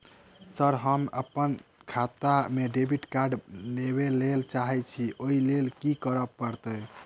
Sir हम अप्पन खाता मे डेबिट कार्ड लेबलेल चाहे छी ओई लेल की परतै?